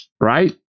Right